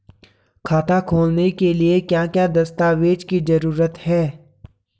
खाता खोलने के लिए क्या क्या दस्तावेज़ की जरूरत है?